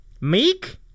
Meek